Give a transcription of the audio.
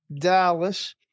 Dallas